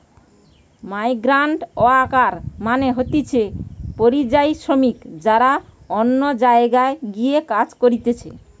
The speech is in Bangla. মাইগ্রান্টওয়ার্কার মানে হতিছে পরিযায়ী শ্রমিক যারা অন্য জায়গায় গিয়ে কাজ করতিছে